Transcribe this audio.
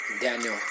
Daniel